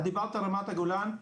את דיברת על רמת הגולן,